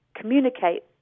communicate